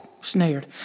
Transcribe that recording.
Snared